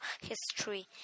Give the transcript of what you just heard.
history